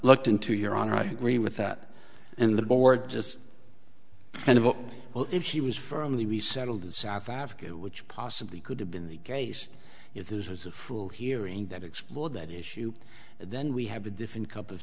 looked into your honor i agree with that and the board just kind of oh well if she was firmly resettled in south africa which possibly could have been the case if this was a full hearing that explore that issue then we have a different cup of